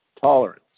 tolerance